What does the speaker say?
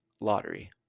lottery